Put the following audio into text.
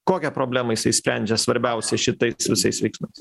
kokią problemą jisai sprendžia svarbiausią šitais visais veiksmais